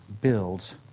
builds